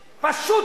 תסכים.